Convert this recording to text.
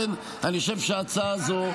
לכן אני חושב שההצעה הזו,